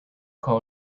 call